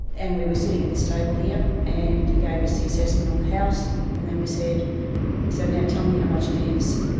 and we were sitting at this table here and he gave us the assessment on the house and then we said so now tell me how much it is,